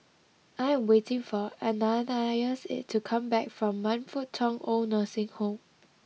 I am waiting for Ananias to come back from Man Fut Tong Old Nursing Home